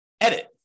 edit